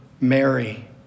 Mary